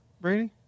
Brady